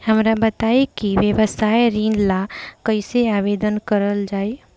हमरा बताई कि व्यवसाय ऋण ला कइसे आवेदन करल जाई?